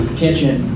kitchen